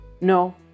No